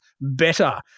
better